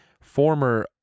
former